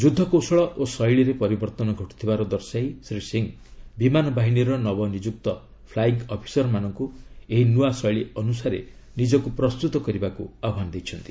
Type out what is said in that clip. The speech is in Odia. ଯୁଦ୍ଧ କୌଶଳ ଓ ଶୈଳୀରେ ପରିବର୍ଭନ ଘଟୁଥିବାର ଦର୍ଶାଇ ଶ୍ରୀ ସିଂହ ବିମାନ ବାହିନୀର ନବନିଯୁକ୍ତ ଫ୍ଲାଇଙ୍ଗ୍ ଅଫିସରମାନଙ୍କୁ ଏହି ନୂଆ ଶୈଳୀ ଅନୁସାରେ ନିଜକୁ ପ୍ରସ୍ତୁତ କରିବାକୁ ଆହ୍ୱାନ ଦେଇଛନ୍ତି